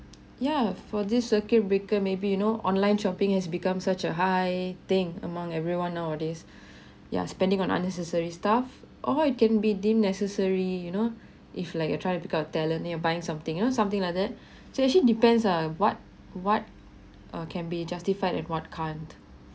ya for this circuit breaker maybe you know online shopping has become such a high thing among everyone nowadays ya spending on unnecessary stuff or it can be deemed necessary you know if like you try to pick up a talent and you are buy something you know something like that they actually depends ah what what uh can be justified and what can't